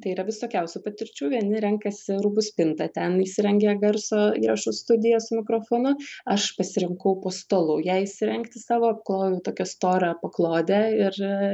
tai yra visokiausių patirčių vieni renkasi rūbų spintą ten įsirengė garso įrašų studiją su mikrofonu aš pasirinkau po stalu ją įsirengti savo klojau tokią storą paklodę ir